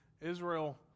israel